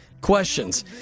questions